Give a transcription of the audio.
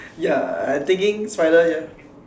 ya I taking final year